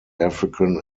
african